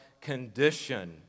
condition